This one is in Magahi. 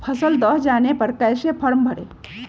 फसल दह जाने पर कैसे फॉर्म भरे?